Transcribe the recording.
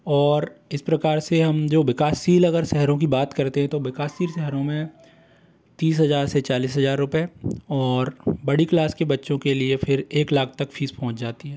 और इस प्रकार से हम जो विकासशील अगर शहरों की बात करते हैं तो विकासशील शहरो में तीस हज़ार से चालीस हज़ार रुपये और बड़ी क्लास के बच्चों के लिए फिर एक लाख तक फ़ीस पहुँच जाती है